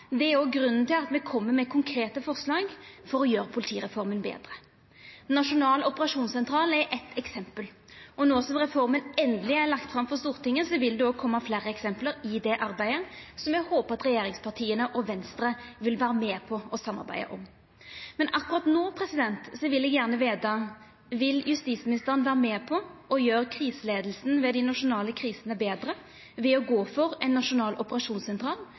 Det er òg grunnen til at me kjem med konkrete forslag for å gjera politireforma betre. Nasjonal operasjonssentral er eitt eksempel, og no som reforma endeleg er lagd fram for Stortinget, vil det òg i det arbeidet koma fleire eksempel som eg håper at regjeringspartia og Venstre vil vera med på å samarbeida om. Men akkurat no vil eg gjerne veta: Vil justisministeren vera med på å gjera kriseleiinga ved nasjonale kriser betre ved å gå for ein nasjonal operasjonssentral